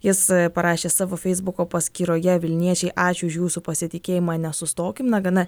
jis parašė savo feisbuko paskyroje vilniečiai ačiū už jūsų pasitikėjimą nesustokim na gana